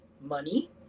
money